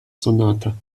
sonata